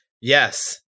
yes